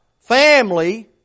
family